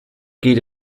geht